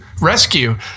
Rescue